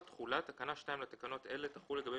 תחולה 3 תקנה 2 לתקנות אלה תחול לגבי